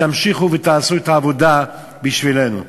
תמשיכו ותעשו את העבודה בשבילנו.